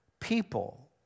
people